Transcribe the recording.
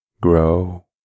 grow